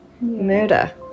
murder